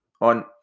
on